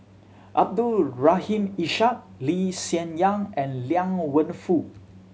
Abdul Rahim Ishak Lee Hsien Yang and Liang Wenfu